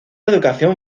educación